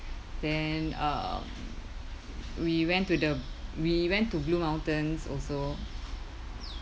then um we went to the we went to blue mountains also